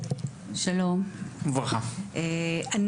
שלום לכולם, אני